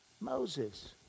Moses